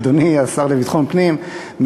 אדוני השר לביטחון פנים,